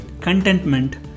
contentment